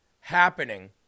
happening